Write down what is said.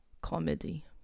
comedy